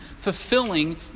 fulfilling